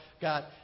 got